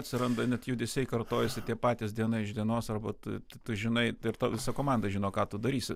atsiranda net judesiai kartojasi tie patys diena iš dienos arba tu tu tu žinai ir tavo visa komanda žino ką tu darysi